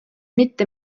mitte